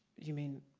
you mean,